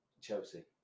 Chelsea